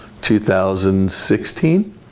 2016